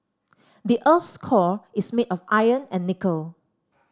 the earth's core is made of iron and nickel